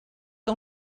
que